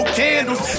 candles